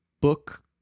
book